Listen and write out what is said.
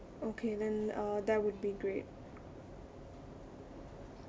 okay then uh that would be great